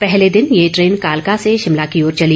पहले दिन ये ट्रेन कालका से शिमला की ओर चली